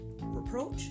reproach